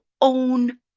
own